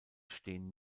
stehen